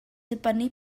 dibynnu